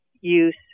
use